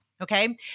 Okay